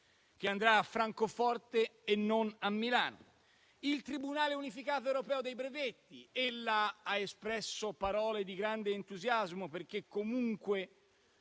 che andrà a Francoforte e non a Milano. Sul Tribunale unificato europeo dei brevetti ella ha espresso parole di grande entusiasmo, perché comunque